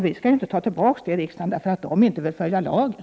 Vi skall inte ta tillbaka lagen därför att människorna inte vill följa den.